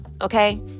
okay